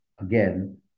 again